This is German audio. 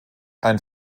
ein